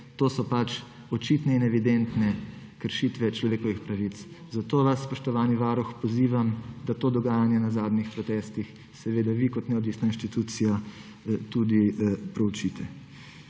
To so pač očitne in evidentne kršitve človekovih pravic, zato vas, spoštovani Varuh, pozivam, da to dogajanje na zadnjih protestih vi kot neodvisna institucija tudi proučite.